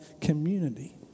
community